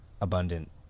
abundant